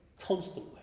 constantly